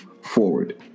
forward